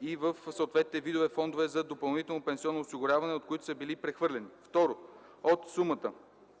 и в съответните видове фондове за допълнително пенсионно осигуряване, от които са били прехвърлени; 2. от сумата,